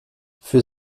für